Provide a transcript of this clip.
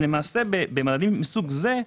במדדים מסוג זה,